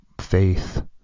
faith